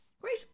Great